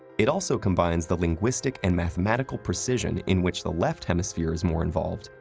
it also combines the linguistic and mathematical precision, in which the left hemisphere is more involved,